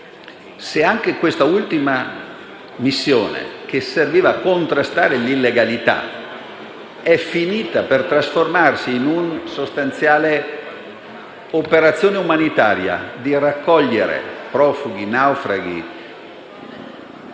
Ma anche quest'ultima missione, che serviva a contrastare l'illegalità, è finita per trasformarsi in una sostanziale operazione umanitaria volta a raccogliere profughi e naufraghi.